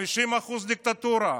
50% דיקטטורה?